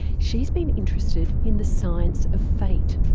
she's been interested in the science of fate.